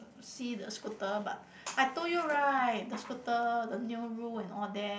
see the scooter but I told you right the scooter the new rule and all that